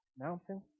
mountain